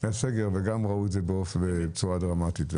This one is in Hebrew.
וגם ראו את זה בצורה דרמטית.